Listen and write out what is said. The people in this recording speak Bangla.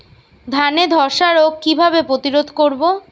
ধানে ধ্বসা রোগ কিভাবে প্রতিরোধ করব?